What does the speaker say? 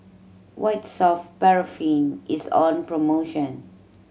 White Soft Paraffin is on promotion